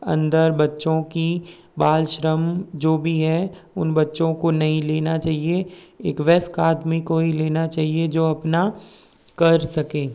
अंदर बच्चो की बाल श्रम जो भी है उन बच्चों को नहीं लेना चाहिए एक वयस्क आदमी को ही लेना चाहिए जो अपना कर सके